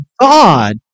God